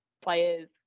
players